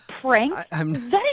prank